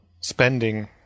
spending